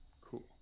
Cool